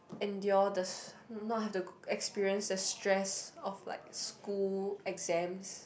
endure the not have to experience the stress of like school exams